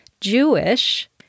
Jewish